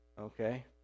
okay